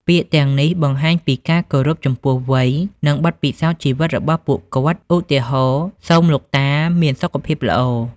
ពាក្យទាំងនេះបង្ហាញពីការគោរពចំពោះវ័យ និងបទពិសោធន៍ជីវិតរបស់ពួកគាត់ ឧទាហរណ៍ សូមលោកតាមានសុខភាពល្អ។